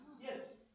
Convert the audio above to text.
Yes